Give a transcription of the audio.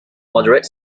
moderate